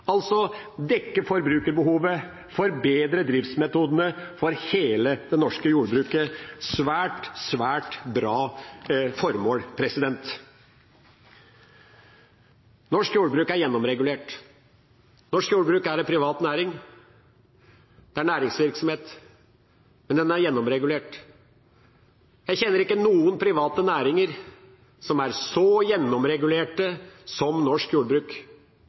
dekke forbrukerbehovet og forbedre driftsmetodene for hele det norske jordbruket er altså svært gode formål. Norsk jordbruk er gjennomregulert. Norsk jordbruk er en privat næring. Det er næringsvirksomhet, men den er gjennomregulert. Jeg kjenner ikke til noen private næringer som er så gjennomregulert som norsk jordbruk.